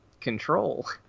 Control